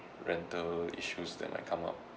rental issues that might come up